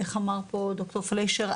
איך אמר פה ד"ר פליישר?